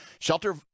Shelter